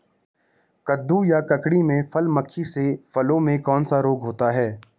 कद्दू या ककड़ी में फल मक्खी से फलों में कौन सा रोग होता है?